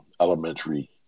elementary